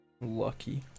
Lucky